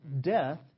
Death